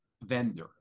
Vendor